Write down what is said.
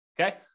okay